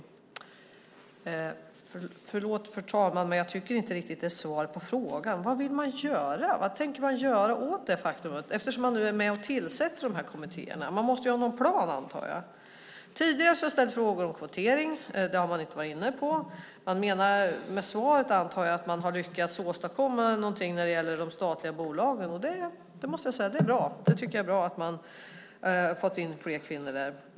Förlåt, fru talman, men jag tycker inte riktigt att det är svar på frågan. Vad vill regeringen göra? Vad tänker ni göra åt detta faktum? Regeringen är ju med och tillsätter kommittéerna, så jag antar att ni måste ha en plan. Tidigare har jag ställt frågor om kvotering. Det har inte regeringen varit inne på. Jag antar att ni med svaret menar att ni har lyckats åstadkomma någonting när det gäller de statliga bolagen. Det är bra; det måste jag säga. Jag tycker att det är bra att man har fått in fler kvinnor där.